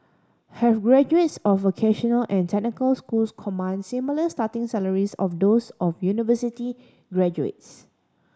have graduates of vocational and technical schools command similar starting salaries of those of university graduates